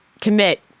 Commit